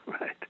Right